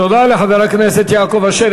תודה לחבר הכנסת יעקב אשר.